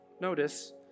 notice